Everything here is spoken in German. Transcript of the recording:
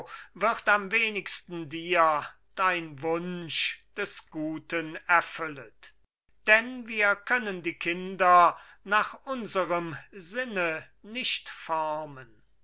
wird am wenigsten dir dein wunsch des guten erfüllet denn wir können die kinder nach unserem sinne nicht formen